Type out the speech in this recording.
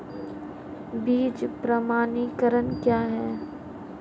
बीज प्रमाणीकरण क्या है?